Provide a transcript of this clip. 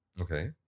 okay